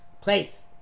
place